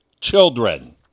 children